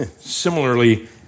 similarly